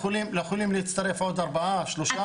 יכולים להצטרף עוד ארבעה, שלושה.